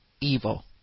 evil